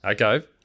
Okay